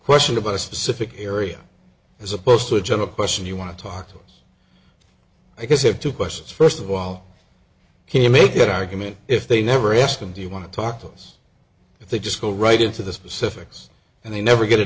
question about a specific area as opposed to a general question you want to talk to i guess have two questions first of all can you make that argument if they never ask them do you want to talk to us if they just go right into the specifics and they never get a